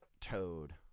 toad